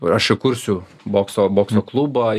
aš įkursiu bokso bokso klubą